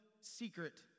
secret